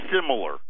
similar